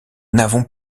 n’avons